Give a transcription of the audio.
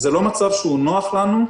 זה לא מצב שהוא נוח לנו.